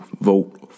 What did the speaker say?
vote